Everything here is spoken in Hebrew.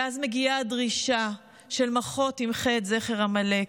ואז מגיעה הדרישה של "מחה תמחה את זכר עמלק".